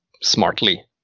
smartly